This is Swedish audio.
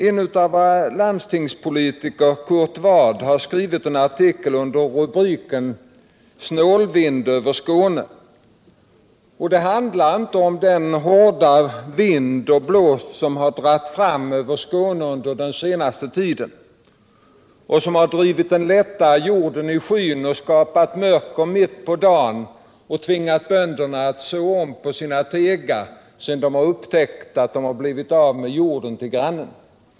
En av våra landstingspolitiker, Kurt Ward, har skrivit en artikel under rubriken ”Snålvind över Skåne”. Artikeln handlar inte om den hårda vind och blåst som dragit fram över Skåne under den senaste tiden och som drivit den lättare jorden i skyn och skapat mörker mitt på dagen samt tvingat bönderna att så om på sina tegar sedan de upptäckt att de blivit av med jorden till grannen.